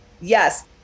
yes